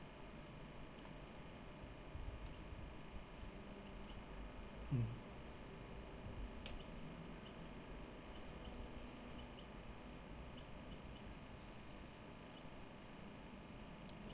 mm